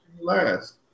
last